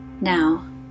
Now